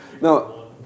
No